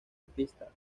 artista